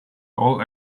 all